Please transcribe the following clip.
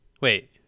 wait